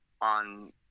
on